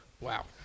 Wow